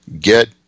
get